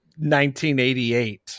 1988